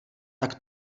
tak